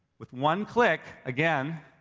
with one click, again,